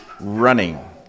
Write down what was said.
running